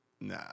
nah